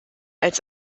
als